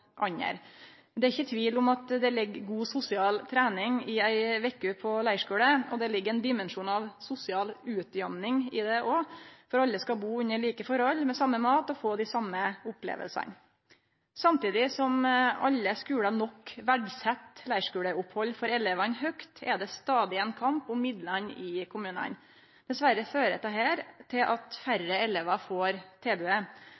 andre. Det er ikkje tvil om at det ligg god sosial trening i ei veke på leirskule, og det ligg også ein dimensjon av sosial utjamning i det, for alle skal bu under like forhold – få den same maten og få dei same opplevingane. Samtidig som alle skular nok verdset leirskuleopphald for elevane høgt, er det stadig ein kamp om midlane i kommunane. Dessverre fører dette til at færre elevar får tilbodet,